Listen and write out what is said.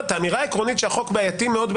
את האמירה העקרונית שהחוק בעייתי מאוד,